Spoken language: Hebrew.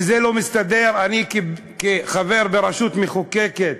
שזה לא מסתדר, אני, כחבר ברשות מחוקקת,